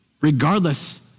regardless